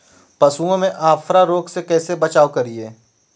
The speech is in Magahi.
पशुओं में अफारा रोग से कैसे बचाव करिये?